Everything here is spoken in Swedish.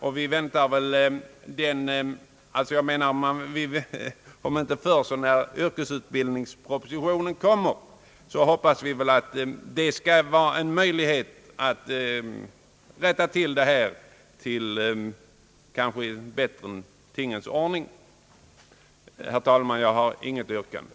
Om inte förr så när yrkesutbildningspropositionen kommer hoppas vi väl att det skall finnas en möjlighet att rätta till detta till en bättre tingens ordning. Herr talman! Jag har inte något yrkande.